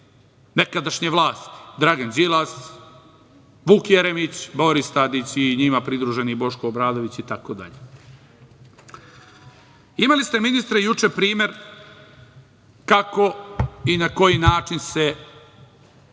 nekadašnje vlasti – Dragan Đilas, Vuk Jeremić, Boris Tadić i njima pridruženi Boško Obradović itd. Imali ste, ministre, juče primer kako i na koji način se